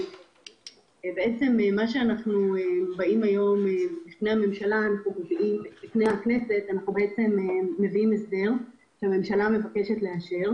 מה שאנחנו מביאים היום לפני הכנסת זה הסדר שהממשלה מבקשת לאשר.